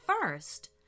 first